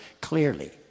clearly